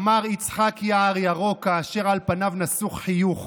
אמר יצחק יער ירוק, כאשר על פניו נסוך חיוך